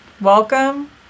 Welcome